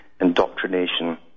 indoctrination